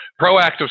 proactive